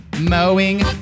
mowing